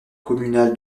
communal